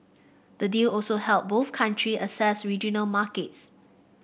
the deal also help both countries access regional markets